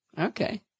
Okay